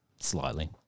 Slightly